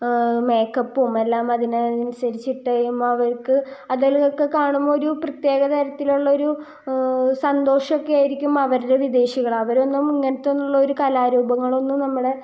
മേക്കപ്പും എല്ലാം അതിനനുസരിച്ചിട്ട ആകുമ്പോൾ അവർക്ക് അതിലുമൊക്കെ കാണുമ്പോൾ ഒരു പ്രത്യേകതരത്തിലുള്ള ഒരു സന്തോഷമൊക്കെ ആയിരിക്കും അവർ വിദേശികൾ അവരൊന്നും ഇങ്ങനത്തെ ഒന്നുമുള്ളൊരു കലാരൂപങ്ങളൊന്നും നമ്മളെ